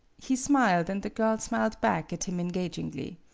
he smiled, and the girl smiled back at him engagingly.